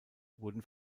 wurden